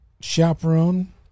chaperone